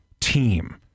team